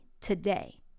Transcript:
today